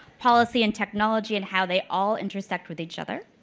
policy and technology, and how they all intersect with each other.